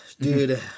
Dude